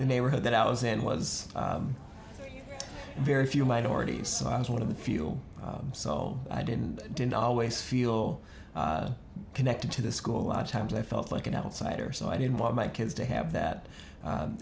the neighborhood that i was in was very few minorities so i was one of the few so i didn't didn't always feel connected to the school a lot of times i felt like an outsider so i didn't want my kids to have that